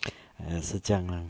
!aiya! 是这样 lah